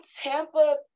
Tampa